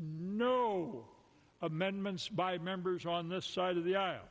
no amendments by members on the side of the aisle